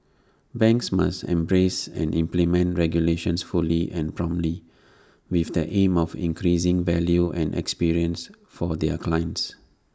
banks must embrace and implement regulations fully and promptly with the aim of increasing value and experience for their clients